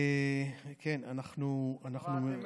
אנחנו עמוסים, עמוסים.